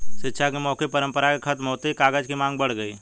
शिक्षा की मौखिक परम्परा के खत्म होते ही कागज की माँग बढ़ गई